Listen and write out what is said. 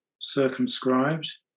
circumscribed